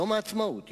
יום העצמאות,